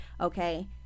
okay